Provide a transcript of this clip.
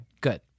good